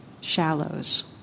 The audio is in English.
Shallows